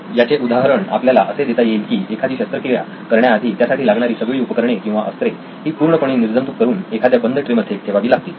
याचे उदाहरण आपल्याला असे देता येईल की एखादी शस्त्रक्रिया करण्याआधी त्यासाठी लागणारी सगळी उपकरणे किंवा अस्त्रे ही पूर्णपणे निर्जंतुकीकरण करून एखाद्या बंद ट्रे मध्ये ठेवावी लागतील